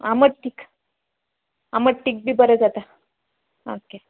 आमट तीख आमट तीख बी बरें जाता ऑके